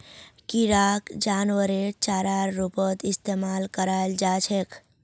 किराक जानवरेर चारार रूपत इस्तमाल कराल जा छेक